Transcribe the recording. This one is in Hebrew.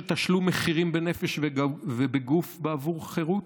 תשלום מחירים בנפש ובגוף בעבור חירות,